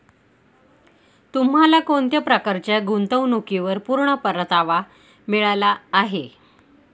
तुम्हाला कोणत्या प्रकारच्या गुंतवणुकीवर पूर्ण परतावा मिळाला आहे